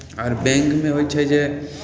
आओर बैंकमे होइ छै जे